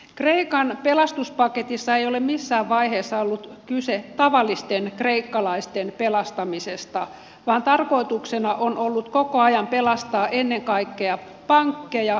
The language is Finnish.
kreikan pelastuspaketissa ei ole missään vaiheessa ollut kyse tavallisten kreikkalaisten pelastamisesta vaan tarkoituksena on ollut koko ajan pelastaa ennen kaikkea pankkeja ja sijoittajia